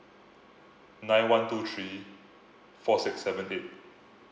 nine one two three four six seven eight